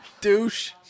Douche